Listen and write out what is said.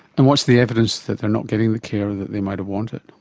and what's the evidence that they are not getting the care that they might have wanted?